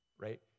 right